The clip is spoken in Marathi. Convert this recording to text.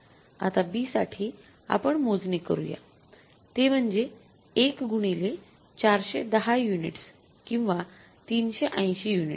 आता B साठी आपण मोजणी करूया ते म्हणजे १ गुणिले ४१० युनिट्स किंवा ३८० युनिट्स